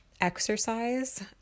exercise